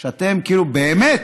אתם כאילו, באמת,